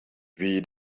wie